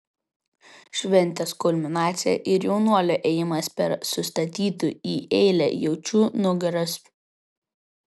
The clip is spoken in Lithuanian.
šventės kulminacija ir jaunuolio ėjimas per sustatytų į eilę jaučių nugaras